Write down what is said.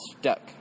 stuck